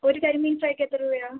ഒരു കരിമീൻ ഫ്രൈക്ക് എത്ര രൂപയാണ്